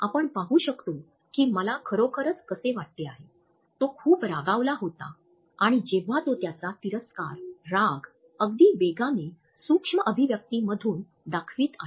आपण पाहू शकतो की मला खरोखरच कसे वाटते आहे तो खूप रागावला होता आणि जेव्हा तो त्याचा तिरस्कार राग अगदी वेगाने सूक्ष्म अभिव्यक्ती मधून दाखवित आहे